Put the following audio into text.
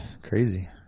crazy